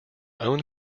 own